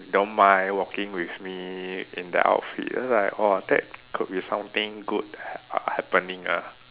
don't mind walking with me in the outfit then like !whoa! that could be something good h~ uh happening ah